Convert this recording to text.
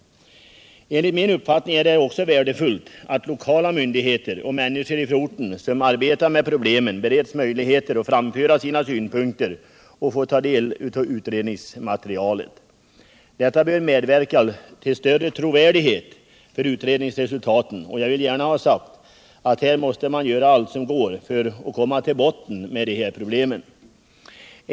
Enligt min uppfattning är det också värdefullt att lokala myndigheter och människor ifrån orten, som arbetar med problemet, bereds möjligheter att framföra sina synpunkter och få ta del av utredningsmaterialet. Detta bör medverka till en större trovärdighet för utredningsresultatet. Jag vill gärna ha sagt att här måste man göra allt som går för att komma till botten med problemet.